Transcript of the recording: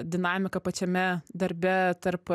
dinamika pačiame darbe tarp